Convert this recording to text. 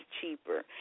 cheaper